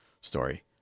story